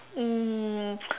um